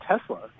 Tesla